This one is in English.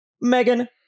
Megan